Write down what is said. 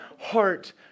heart